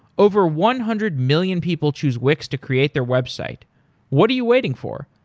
over one hundred-million people choose wix to create their website what are you waiting for?